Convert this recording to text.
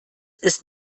ist